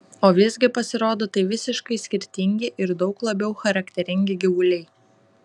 o visgi pasirodo tai visiškai skirtingi ir daug labiau charakteringi gyvuliai